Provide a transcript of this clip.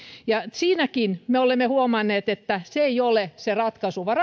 siinäkin me olemme huomanneet että se ei ole se ratkaisu vaan